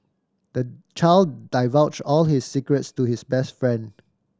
the child divulged all his secrets to his best friend